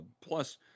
Plus